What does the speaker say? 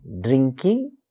drinking